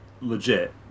legit